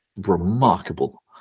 remarkable